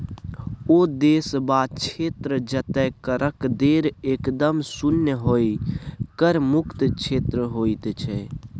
ओ देश वा क्षेत्र जतय करक दर एकदम शुन्य होए कर मुक्त क्षेत्र होइत छै